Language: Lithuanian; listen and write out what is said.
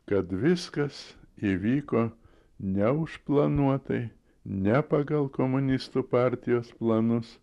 kad viskas įvyko ne užplanuotai ne pagal komunistų partijos planus